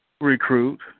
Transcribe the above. recruit